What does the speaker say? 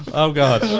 oh god.